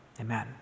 Amen